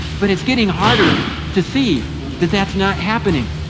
but it's getting harder to see that that's not happening.